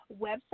website